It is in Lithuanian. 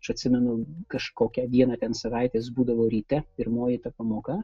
aš atsimenu kažkokią dieną ten savaitės būdavo ryte pirmoji pamoka